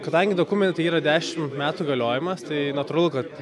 kadangi dokumentai yra dešimt metų galiojimas tai natūralu kad